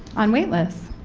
on wait lists.